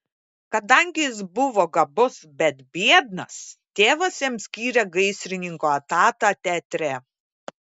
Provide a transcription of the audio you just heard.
kadangi jis buvo gabus bet biednas tėvas jam skyrė gaisrininko etatą teatre